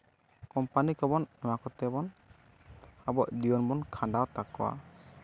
company ᱠᱚᱵᱚᱱ ᱱᱚᱣᱟ ᱠᱚᱛᱮ ᱵᱚᱱ ᱟᱵᱚᱣᱟᱜ ᱡᱤᱭᱚᱱ ᱵᱚᱱ ᱠᱷᱟᱱᱰᱟᱣ ᱛᱟᱠᱚᱣᱟ